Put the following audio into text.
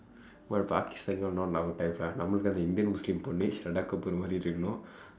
நமக்கு அந்த:namakku andtha indian muslim பொண்ணு:ponnu shraddha kapoor மாதிரி இருக்கனும்:maathiri irukkanum